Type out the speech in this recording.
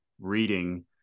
reading